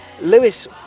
Lewis